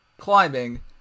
climbing